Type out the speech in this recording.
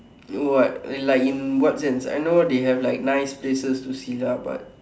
what like in what sense I know they have nice places to see lah but